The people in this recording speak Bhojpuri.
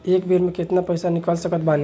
एक बेर मे केतना पैसा निकाल सकत बानी?